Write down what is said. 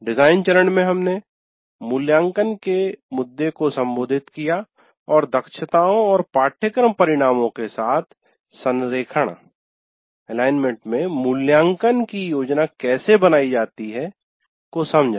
design चरण में हमने मूल्यांकन के मुद्दे को संबोधित किया और दक्षताओं और पाठ्यक्रम परिणामों के साथ संरेखण में मूल्यांकन की योजना कैसे बनाई जाती है को समझा